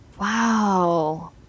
Wow